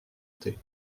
thé